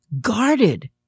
guarded